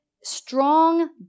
strong